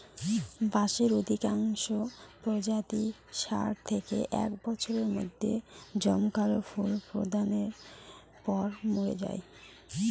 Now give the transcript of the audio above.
বাঁশের অধিকাংশ প্রজাতিই ষাট থেকে একশ বছরের মধ্যে জমকালো ফুল প্রদানের পর মরে যায়